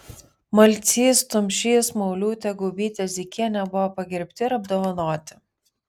malcys tumšys mauliūtė gaubytė zykienė buvo pagerbti ir apdovanoti